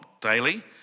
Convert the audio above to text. daily